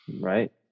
Right